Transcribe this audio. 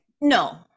No